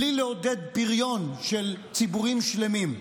בלי לעודד פריון של ציבורים שלמים.